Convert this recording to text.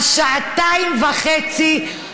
על שעתיים וחצי,